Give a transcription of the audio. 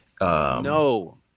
no